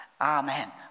Amen